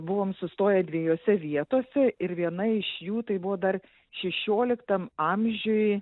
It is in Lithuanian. buvom sustoję dviejose vietose ir viena iš jų tai buvo dar šešioliktam amžiuj